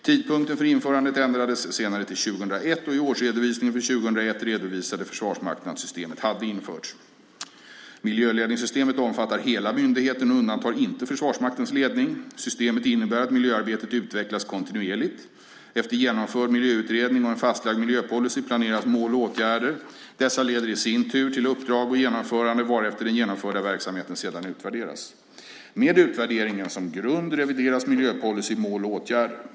Tidpunkten för införandet ändrades senare till 2001, och i årsredovisningen för 2001 redovisade Försvarsmakten att systemet hade införts. Miljöledningssystemet omfattar hela myndigheten och undantar inte Försvarsmaktens ledning. Systemet innebär att miljöarbetet utvecklas kontinuerligt. Efter genomförd miljöutredning och en fastlagd miljöpolicy planeras mål och åtgärder. Dessa leder i sin tur till uppdrag och genomförande, varefter den genomförda verksamheten utvärderas. Med utvärderingen som grund revideras miljöpolicy, mål och åtgärder.